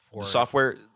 Software